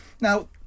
Now